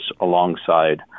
alongside